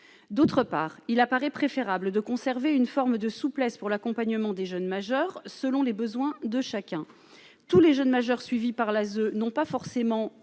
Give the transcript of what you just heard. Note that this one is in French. d'autre part, il apparaît préférable de conserver une forme de souplesse pour l'accompagnement des jeunes majeurs selon les besoins de chacun, tous les jeunes majeurs, suivie par la zone n'ont pas forcément